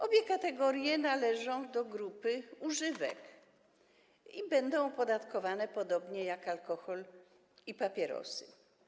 Obie kategorie należą do grupy używek i będą opodatkowane podobnie jak alkohol i papierosy.